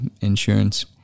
insurance